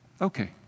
Okay